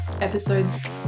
Episodes